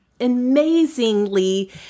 amazingly